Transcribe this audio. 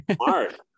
smart